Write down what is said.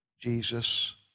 Jesus